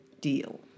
deal